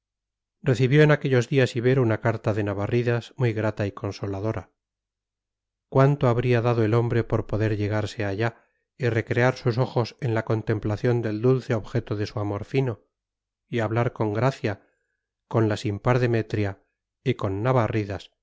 recibió en aquellos días ibero una carta de navarridas muy grata y consoladora cuánto habría dado el hombre por poder llegarse allá y recrear sus ojos en la contemplación del dulce objeto de su amor fino y hablar con gracia con la sin par demetria y con navarridas